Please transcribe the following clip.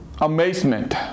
amazement